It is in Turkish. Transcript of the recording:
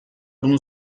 bunu